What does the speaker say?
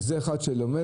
וזה אחד שלומד,